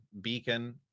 beacon